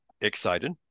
excited